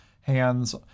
hands